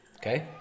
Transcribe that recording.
Okay